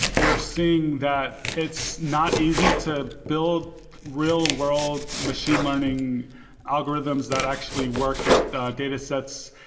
we're seeing that it's not easy to build real-world machine learning algorithms that actually work with data sets,